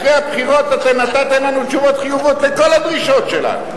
אחרי הבחירות אתם נתתם לנו תשובות חיוביות על כל הדרישות שלנו.